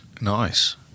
Nice